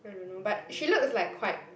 I don't know but she looks like quite